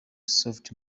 soft